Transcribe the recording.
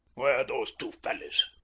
where are those two fellows?